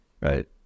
Right